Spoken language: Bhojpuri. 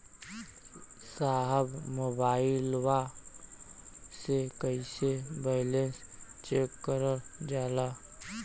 साहब मोबइलवा से कईसे बैलेंस चेक करल जाला?